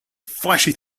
flashy